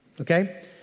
Okay